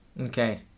okay